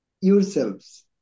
yourselves